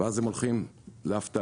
ואז הם הולכים לאבטלה.